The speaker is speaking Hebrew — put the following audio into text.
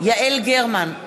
יעל גרמן,